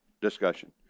discussion